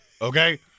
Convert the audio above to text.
Okay